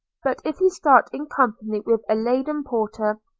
but if he start in company with a laden porter,